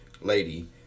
lady